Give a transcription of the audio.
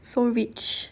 so rich